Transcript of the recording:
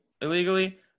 illegally